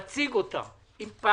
עם מנכ"לי משרדי הכלכלה והאוצר,